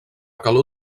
calor